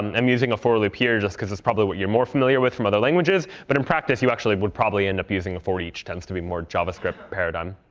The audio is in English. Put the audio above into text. and i'm using a for loop here just because it's probably what you're more familiar with from other languages, but in practice you actually would probably end up using the for each, tends to be more javascript paradigm.